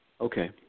Okay